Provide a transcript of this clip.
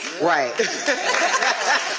Right